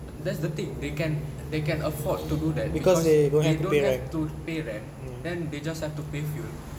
that's the thing they can they can afford to do that because they don't have to pay rent and they just have to pay fuel